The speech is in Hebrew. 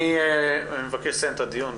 אני מבקש לסיים את הדיון.